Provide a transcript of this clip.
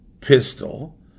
pistol